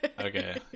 Okay